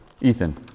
Ethan